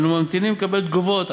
ואנו ממתינים לקבל תגובות.